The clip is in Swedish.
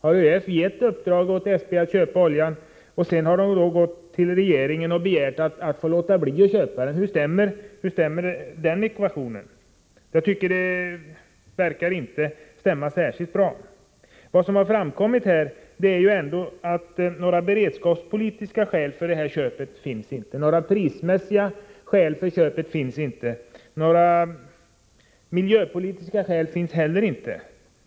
Uppdrog ÖEF åt SP att köpa oljan och gick ÖEF sedan till regeringen och begärde att få låta bli att köpa? Hur stämmer den ekvationen? Jag tycker inte att det verkar stämma särskilt bra. Det har här framkommit att det inte finns några beredskapspolitiska skäl för detta köp, inte några prismässiga skäl och inte heller några miljömässiga skäl.